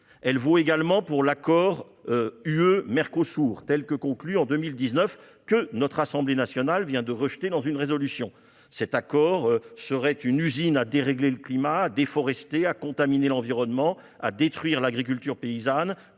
vaut également pour l'accord UE-Mercosur, tel qu'il a été conclu en 2019, que l'Assemblée nationale vient de rejeter dans une résolution. Cet accord serait une usine à dérégler le climat, à accroître la déforestation, à contaminer l'environnement, à détruire l'agriculture paysanne